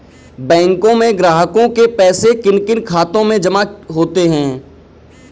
बैंकों में ग्राहकों के पैसे किन किन खातों में जमा होते हैं?